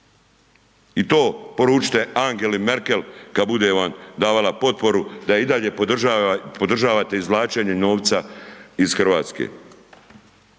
i to poručite Angeli Merkel kad bude vam davala potporu da i dalje podržavate izvlačenje novca iz RH.